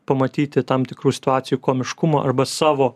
pamatyti tam tikrų situacijų komiškumą arba savo